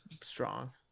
strong